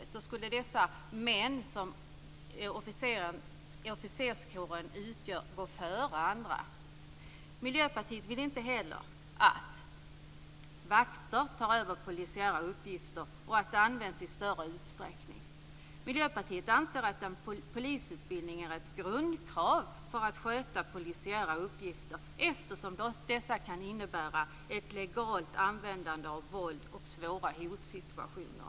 I så fall skulle dessa män, som officerskåren utgörs av, gå före andra. Miljöpartiet vill inte heller att vakter tar över polisiära uppgifter och att de används i större utsträckning. Miljöpartiet anser att polisutbildning är ett grundkrav för att sköta polisiära uppgifter eftersom dessa kan innebära ett legalt användande av våld och svåra hotsituationer.